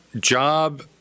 job